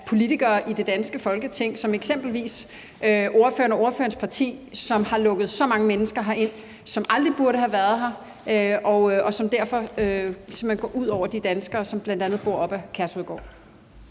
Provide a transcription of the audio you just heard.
politikere i det danske Folketing, som eksempelvis ordføreren og ordførerens parti, der har lukket så mange mennesker ind, som aldrig burde have været her, og hvor det simpelt hen går ud over de danskere, som bl.a. bor op ad Kærshovedgård?